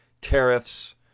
tariffs